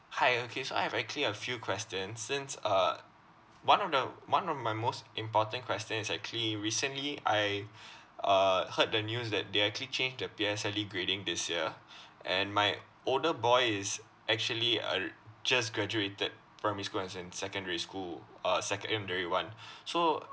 hi okay so I have actually a few questions since uh one of the one of my most important question is actually recently I uh heard the news that they actually change the P_S_L_E grading this year and my older boy is actually uh just graduated primary school as in secondary school uh secondary one so